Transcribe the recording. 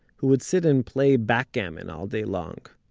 who would sit and play backgammon all day long.